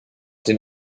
den